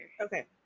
okay